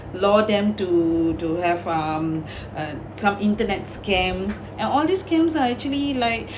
lure them to to have um uh some internet scams and all these scams are actually like